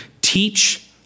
teach